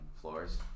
Floors